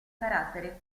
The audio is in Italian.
carattere